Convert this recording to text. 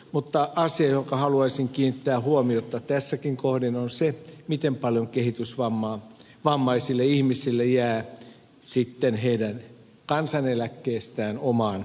mutta asia johonka haluaisin kiinnittää huomiota tässäkin kohdin on se miten paljon kehitysvammaisille ihmisille jää sitten heidän kansaneläkkeestään omaan käyttöön